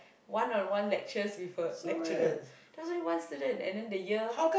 one on one lectures with a lecturer there was only one student and then the year